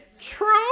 true